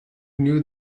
knew